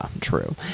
true